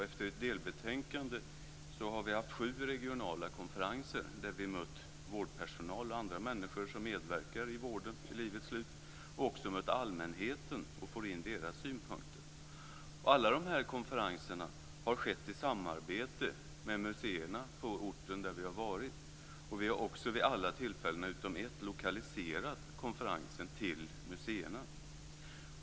Efter ett delbetänkande har vi haft sju regionala konferenser där vi har mött vårdpersonal och andra människor som medverkar i vården vid livets slut och även mött allmänheten och fått in deras synpunkter. Alla de här konferenserna har skett i samarbete med museerna på orten där vi har varit. Vi har också vid alla tillfällen utom ett lokaliserat konferensen till museerna.